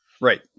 Right